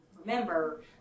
remember